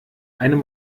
einem